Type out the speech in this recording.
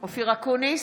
אופיר אקוניס,